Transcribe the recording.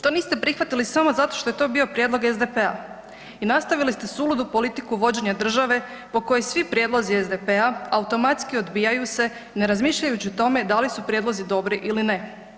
To niste prihvatili samo zato što je to bio prijedlog SDP-a i nastavili ste suludu politiku vođenja države po kojoj svi prijedlozi SDP-a automatski odbijaju se ne razmišljajući o tome da li su prijedlozi dobri ili ne.